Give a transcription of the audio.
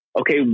okay